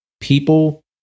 People